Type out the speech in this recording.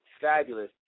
fabulous